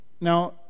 Now